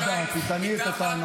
טלי, זה יגיע לוועדה, תטעני את הטענות.